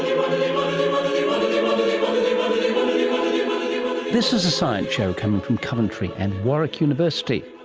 um this is the science show coming from coventry and warwick university,